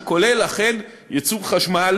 שכולל אכן ייצור חשמל